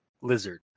lizard